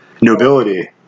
nobility